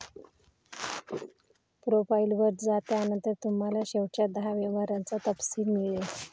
profile वर जा, त्यानंतर तुम्हाला शेवटच्या दहा व्यवहारांचा तपशील मिळेल